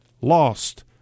lost